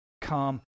come